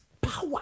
power